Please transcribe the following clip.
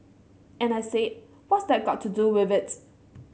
and I said what's that got to do with it